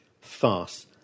farce